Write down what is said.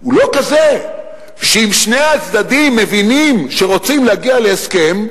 הוא לא כזה שאם שני הצדדים מבינים שרוצים להגיע להסכם,